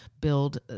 build